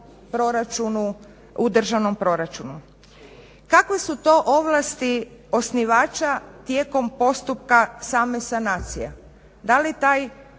Kakve su to ovlasti osnivača tijekom postupka same sanacije?